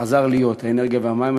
חזר להיות האנרגיה והמים.